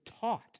taught